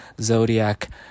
Zodiac